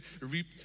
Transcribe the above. reap